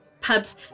pubs